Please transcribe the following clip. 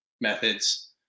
methods